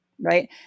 right